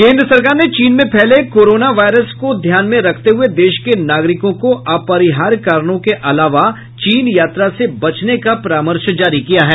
केन्द्र सरकार ने चीन में फैले कोरोना वायरस को ध्यान में रखते हुए देश के नागरिकों को अपरिहार्य कारणों के अलावा चीन यात्रा से बचने का परामर्श जारी किया है